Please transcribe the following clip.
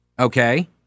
Okay